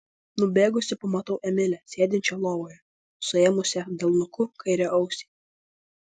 nubėgusi pamatau emilę sėdinčią lovoje suėmusią delnuku kairę ausį